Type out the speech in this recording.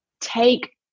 take